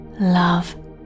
love